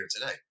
today